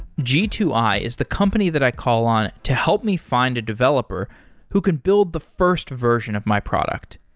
g two i is the company that i call on to help me find a developer who can build the first version of my product.